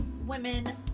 women